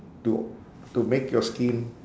to to make your skin